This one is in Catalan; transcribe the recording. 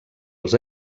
els